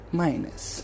minus